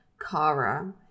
Kara